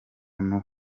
n’uwo